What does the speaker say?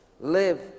live